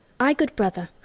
ay, good brother,